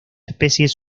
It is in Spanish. especies